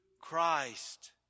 Christ